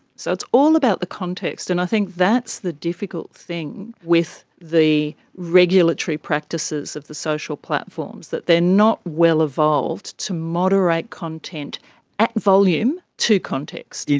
so it's all about the context, and i think that's the difficult thing with the regulatory practices of the social platforms, that they are not well evolved to moderate content at volume to context.